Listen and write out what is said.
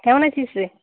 কেমন আছিস রে